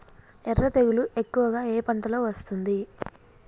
ఎర్ర తెగులు ఎక్కువగా ఏ పంటలో వస్తుంది?